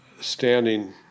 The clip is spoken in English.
standing